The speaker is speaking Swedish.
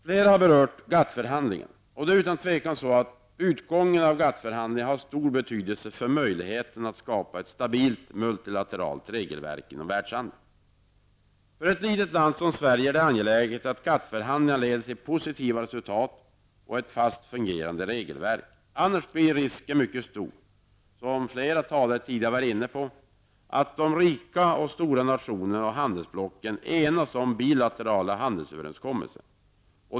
Flera talare har berört frågan om GATT förhandlingarna. Utgången av dem har stor betydelse för möjligheterna att skapa ett stabilt multilateralt regelverk inom världshandeln. För ett litet land som Sverige är det angeläget att GATT-förhandlingarna leder till positiva resultat och ett fast och fungerande regelverk. Som flera talare redan har sagt blir risken annars mycket stor för att de stora och rika nationerna och handelsblocken enas om bilaterala handelsöverenskommelser.